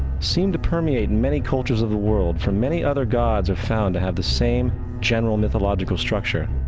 seem to permeate in many cultures of the world, for many other gods are found to have the same general mythological structure.